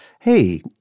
hey